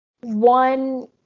one